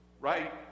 right